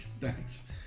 Thanks